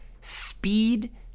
speed